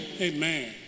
Amen